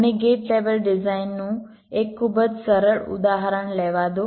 મને gate level ડિઝાઇનનું એક ખૂબ જ સરળ ઉદાહરણ લેવા દો